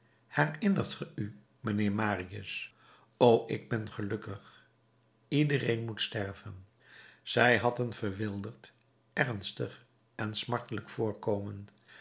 herinnert ge u mijnheer marius o ik ben gelukkig iedereen moet sterven zij had een verwilderd ernstig en smartelijk voorkomen